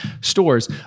stores